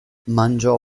mangiò